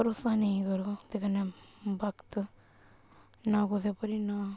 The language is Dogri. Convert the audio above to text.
भरोसा नेईं करो ते कन्नै वक्त ना कुसै उप्पर इन्ना